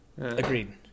Agreed